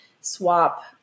swap